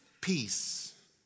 peace